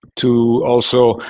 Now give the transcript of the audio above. to also